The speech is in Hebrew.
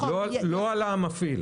לא על המפעיל.